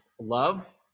love